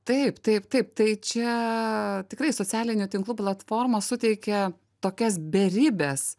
taip taip taip tai čia tikrai socialinių tinklų platformos suteikia tokias beribes